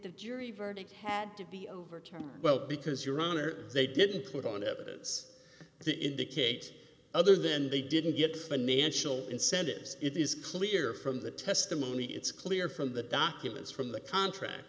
the jury verdict had to be overturned well because your honor they didn't put on evidence to indicate other than they didn't get financial incentives it is clear from the testimony it's clear from the documents from the contract